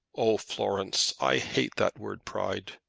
oh, florence, i hate that word pride.